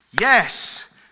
yes